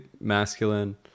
masculine